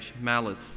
malice